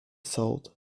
sold